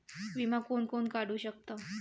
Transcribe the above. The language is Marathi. विमा कोण कोण काढू शकता?